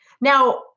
Now